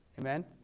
Amen